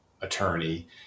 attorney